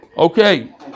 Okay